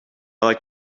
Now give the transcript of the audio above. like